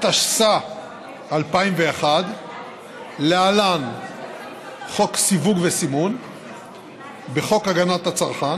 התשס"א 2001. בחוק הגנת הצרכן